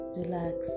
relax